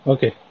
Okay